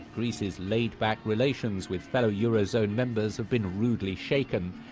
greece's laid-back relations with fellow eurozone members have been rudely shaken,